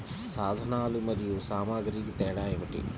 సాధనాలు మరియు సామాగ్రికి తేడా ఏమిటి?